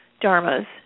Dharma's